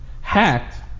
hacked